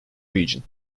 region